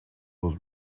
was